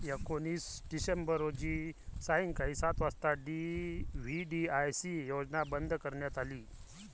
एकोणीस डिसेंबर रोजी सायंकाळी सात वाजता व्ही.डी.आय.सी योजना बंद करण्यात आली